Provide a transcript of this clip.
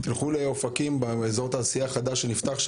תלכו לאופקים באזור התעשייה החדש שנפתח,